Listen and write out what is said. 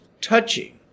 touching